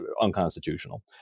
unconstitutional